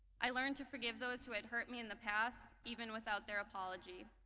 i learned to forgive those who had hurt me in the past, even without their apology.